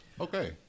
Okay